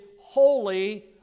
holy